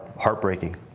heartbreaking